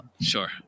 Sure